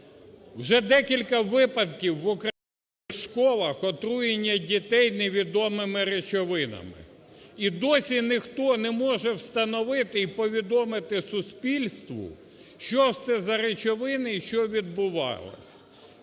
Вже декілька випадків в українських школах отруєння дітей невідомими речовинами. І досі ніхто не може встановити і повідомити суспільству, що ж це за речовини і що відбувалось.